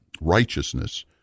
righteousness